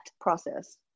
process